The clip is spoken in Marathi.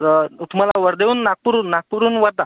तर तुम्हाला वर्धेहून नागपूरहून नागपूरहून वर्धा